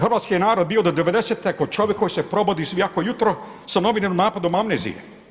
Hrvatski je narod bio do '95. kao čovjek koji se probudi svako jutro sa novim napadom amnezije.